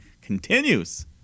continues